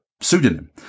pseudonym